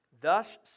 Thus